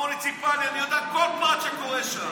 במוניציפלי, אני יודע כל פרט שקורה שם.